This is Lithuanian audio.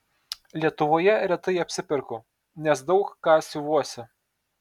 lietuvoje retai apsiperku nes daug ką siuvuosi